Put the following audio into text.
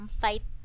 fight